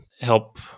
help